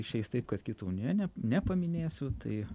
išeis taip kad kitų ne ne nepaminėsiu tai